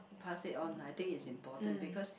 pass it on I think it's important because